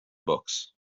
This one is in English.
books